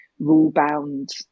rule-bound